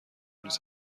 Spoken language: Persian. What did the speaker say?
نیست